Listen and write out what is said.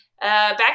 Back